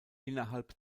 innerhalb